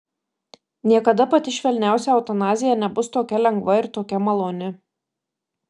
niekada pati švelniausia eutanazija nebus tokia lengva ir tokia maloni